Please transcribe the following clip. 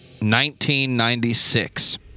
1996